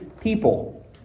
people